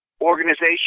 organization